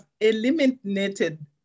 eliminated